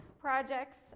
projects